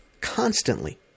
Constantly